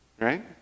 right